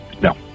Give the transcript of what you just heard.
No